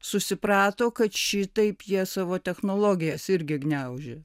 susiprato kad šitaip jie savo technologijas irgi gniaužia